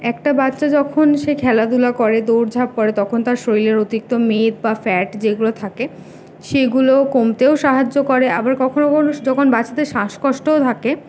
একটা বাচ্চা যখন সে খেলাধুলা করে দৌড়ঝাঁপ করে তখন তার শরীরের অতিরিক্ত মেদ বা ফ্যাট যেগুলো থাকে সেগুলোও কমতেও সাহায্য করে আবার কখনও কখনও যখন বাচ্চাদের শ্বাসকষ্টও থাকে